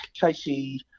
Casey